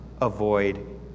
avoid